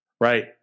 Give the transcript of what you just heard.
right